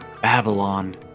Babylon